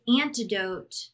antidote